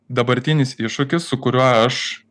dabartinis iššūkis su kuriuo aš